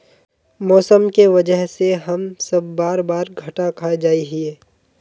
मौसम के वजह से हम सब बार बार घटा खा जाए हीये?